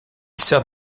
sert